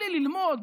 בלי ללמוד,